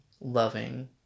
loving